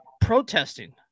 protesting